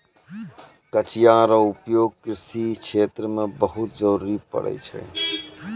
कचिया रो उपयोग कृषि क्षेत्र मे बहुत जरुरी पड़ै छै